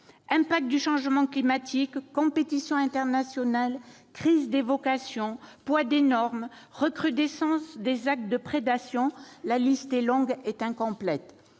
impacts du changement climatique, compétition internationale, crise des vocations, poids des normes, recrudescence des actes de prédation ... La liste est longue et incomplète.